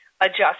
adjust